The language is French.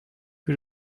que